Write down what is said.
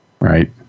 right